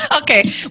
Okay